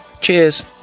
Cheers